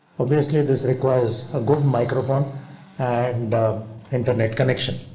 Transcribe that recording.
obviously this requires a good microphone and internet connection,